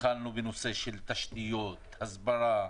התחלנו בנושאי תשתיות, הסברה,